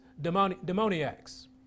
demoniacs